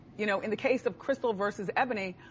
you know in the case of crystal versus ebony,